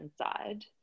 inside